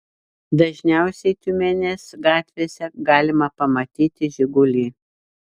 dažniausiai tiumenės gatvėse galima pamatyti žigulį